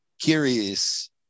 curious